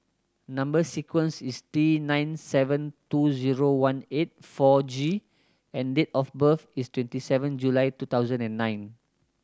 number sequence is T nine seven two zero one eight four G and date of birth is twenty seven July two thousand and nine